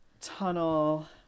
tunnel